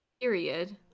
period